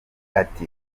ati